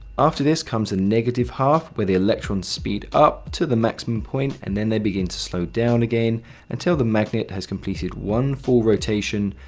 after this comes the negative half, where the electrons speed up to the maximum point and then they begin to slow down again until the magnet has completed one full rotation,